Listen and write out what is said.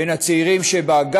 בין הצעירים שבה,